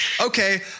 okay